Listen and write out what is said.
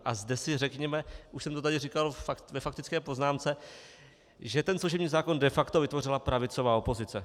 A zde si řekněme, už jsem to tady říkal ve faktické poznámce, že ten služební zákon de facto vytvořila pravicová opozice.